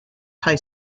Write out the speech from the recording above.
high